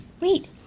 Wait